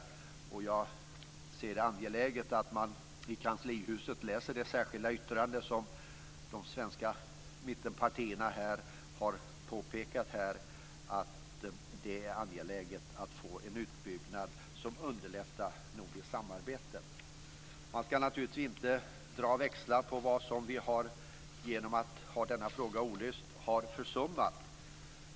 Jag anser att det är angeläget att man i kanslihuset läser det särskilda yttrandet från de svenska mittenpartierna. De har påpekat att det är angeläget att få en utbyggnad som underlättar nordiskt samarbete. Man ska naturligtvis inte dra växlar på att ha denna fråga olöst och det som då har försummats.